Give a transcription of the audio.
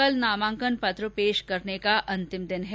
कल नामांकन पत्र पेश करने का अंतिम दिन है